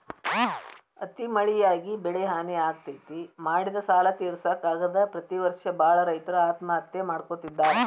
ಅತಿ ಮಳಿಯಾಗಿ ಬೆಳಿಹಾನಿ ಆಗ್ತೇತಿ, ಮಾಡಿದ ಸಾಲಾ ತಿರ್ಸಾಕ ಆಗದ ಪ್ರತಿ ವರ್ಷ ಬಾಳ ರೈತರು ಆತ್ಮಹತ್ಯೆ ಮಾಡ್ಕೋತಿದಾರ